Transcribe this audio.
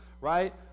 right